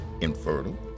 infertile